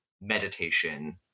meditation